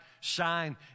shine